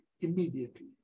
immediately